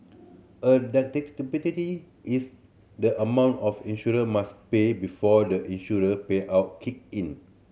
a is the amount of insured must pay before the insurer payout kick in